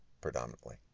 predominantly